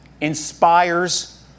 inspires